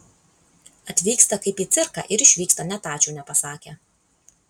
atvyksta kaip į cirką ir išvyksta net ačiū nepasakę